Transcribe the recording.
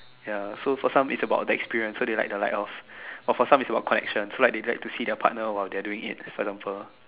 ya for some it's about the experience so they like the lights off but for some it's about the connection so like they like to see their partner while doing it for example